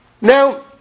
Now